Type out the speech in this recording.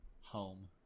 home